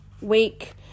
week